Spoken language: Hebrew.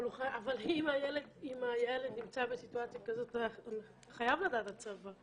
אבל אם הילד נמצא בסיטואציה כזאת, חייב לדעת הצבא.